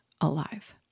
alive